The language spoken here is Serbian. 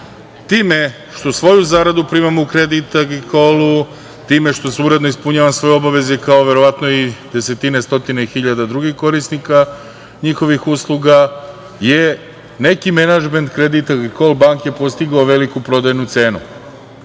Time što svoju zaradu primamo u „Credit Agricole“, time što ispunjavam svoje obaveze, kao i verovatno desetine stotine hiljada drugih korisnika njihovih usluga, je neki menadžment „Credit Agricole Banke“ postigao veliku prodajnu cenu.